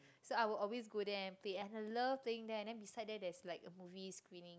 so I will always go there and Play I love playing there and then beside there there's like movie screening